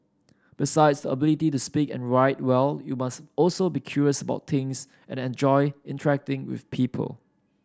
besides the ability to speak and write well you must also be curious about things and enjoy interacting with people